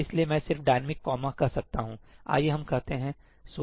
इसलिए मैं सिर्फ डायनेमिक कॉमा कह सकता हूं आइए हम कहते हैं 16